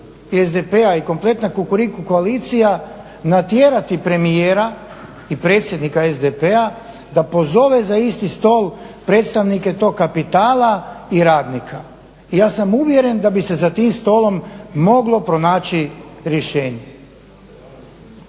SDP-a i kompletna Kukuriku koalicija natjerati premijera i predsjednika SDP-a da pozove za isti stol predstavnike tog kapitala i radnika. Ja sam uvjeren da bi se za tim stolom moglo pronaći rješenje.